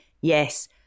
yes